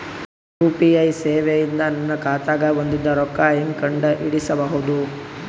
UPI ಸೇವೆ ಇಂದ ನನ್ನ ಖಾತಾಗ ಬಂದಿದ್ದ ರೊಕ್ಕ ಹೆಂಗ್ ಕಂಡ ಹಿಡಿಸಬಹುದು?